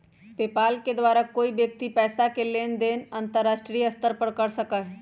PayPal के द्वारा कोई व्यक्ति पैसा के लेन देन अंतर्राष्ट्रीय स्तर पर कर सका हई